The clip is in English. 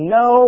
no